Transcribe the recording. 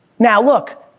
now look,